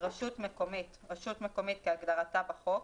"רשות מקומית" רשות מקומית כהגדרתה בחוק,